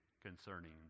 concerning